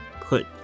put